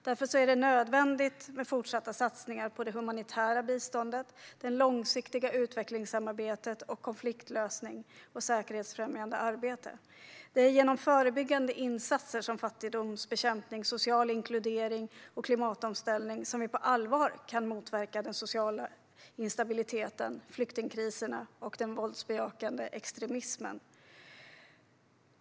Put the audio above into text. Därför är det nödvändigt med fortsatta satsningar på det humanitära biståndet, det långsiktiga utvecklingssamarbetet och konfliktlösning och säkerhetsfrämjande arbete. Det är genom förebyggande insatser, som fattigdomsbekämpning, social inkludering och klimatomställning, som vi på allvar kan motverka den sociala instabiliteten, flyktingkriserna och den våldsbejakande extremismen.